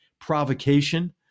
provocation